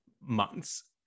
months